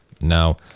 now